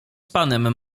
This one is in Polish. panem